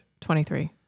23